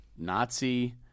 nazi